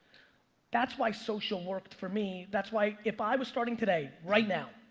that's why social worked for me. that's why if i was starting today right now,